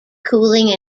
cooling